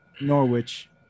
norwich